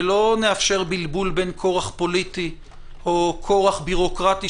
ולא נאפשר בלבול בין כורח פוליטי או כורח ביורוקרטי